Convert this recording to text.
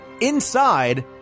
inside